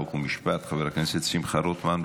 חוק ומשפט חבר הכנסת שמחה רוטמן,